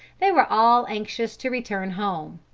they were all anxious to return home.